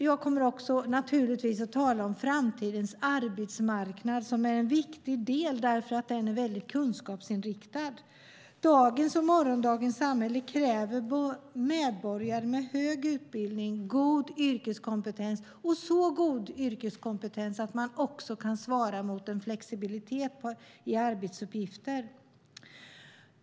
Jag kommer naturligtvis att tala om framtidens arbetsmarknad, som är en viktig del, eftersom den är väldigt kunskapsinriktad. Dagens och morgondagens samhälle kräver medborgare med hög utbildning och god yrkeskompetens - så god yrkeskompetens att man också kan svara mot en flexibilitet i arbetsuppgifter.